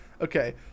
Okay